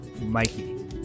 Mikey